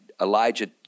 Elijah